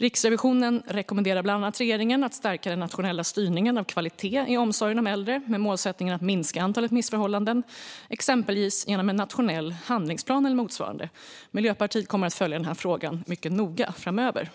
Riksrevisionen rekommenderar bland annat regeringen att stärka den nationella styrningen av kvalitet i omsorgen om äldre med målsättningen att minska antalet missförhållanden, exempelvis genom en nationell handlingsplan eller motsvarande. Miljöpartiet kommer att följa frågan mycket noga framöver.